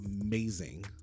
amazing